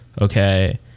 okay